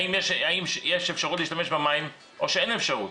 האם יש אפשרות להשתמש במים או שאין אפשרות.